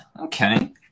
Okay